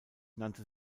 nannte